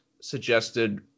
suggested